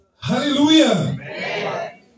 Hallelujah